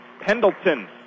Pendleton